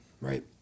right